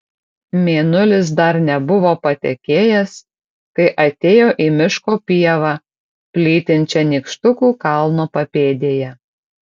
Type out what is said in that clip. mėnulis dar nebuvo patekėjęs kai atėjo į miško pievą plytinčią nykštukų kalno papėdėje